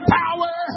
power